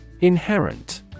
Inherent